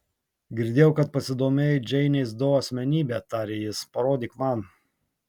girdėjau kad pasidomėjai džeinės do asmenybe tarė jis parodyk man